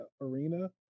arena